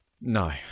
No